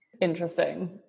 Interesting